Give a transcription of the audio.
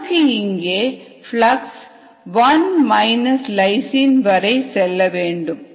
நமக்கு இங்கே பிளக்ஸ் 1 லைசின் வரை செல்ல வேண்டும்